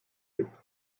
gibt